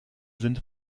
sind